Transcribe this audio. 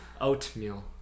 Oatmeal